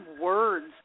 words